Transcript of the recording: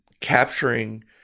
capturing